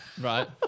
Right